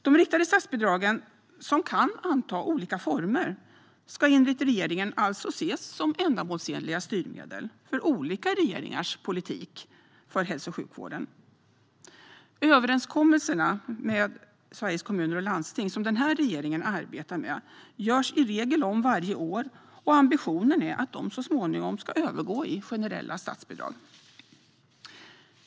De riktade statsbidragen, som kan anta olika former, ska enligt regeringen alltså ses som ändamålsenliga styrmedel för olika regeringars politik för hälso och sjukvården. Överenskommelserna med Sveriges Kommuner och Landsting som den här regeringen arbetar med görs i regel om varje år. Ambitionen är att de så småningom ska övergå i generella statsbidrag.